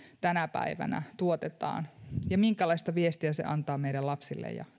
tänä päivänä tuotetaan ja minkälaista viestiä se antaa meidän lapsille ja